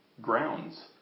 grounds